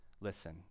listen